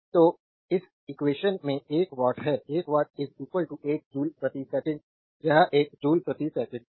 तो इस एक्वेशन से 1 वाट है 1 वाट 1 जूल प्रति सेकंड यह एक जूल प्रति सेकंड है